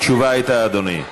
תשובה הייתה, אדוני.